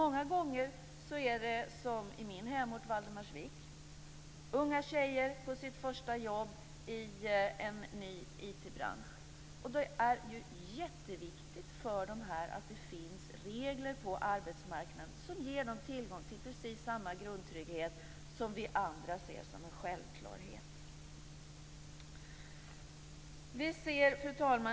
Många gånger är det, som i min hemort, Valdemarsvik, unga tjejer på sitt första jobb i en ny IT-bransch. Det är ju jätteviktigt för dem att det finns regler på arbetsmarknaden som ger dem tillgång till precis samma grundtrygghet som vi andra ser som en självklarhet. Fru talman!